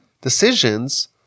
decisions